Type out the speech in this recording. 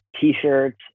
T-shirts